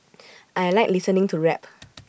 I Like listening to rap